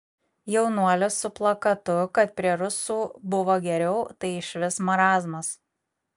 jaunuolis su plakatu kad prie rusų buvo geriau tai išvis marazmas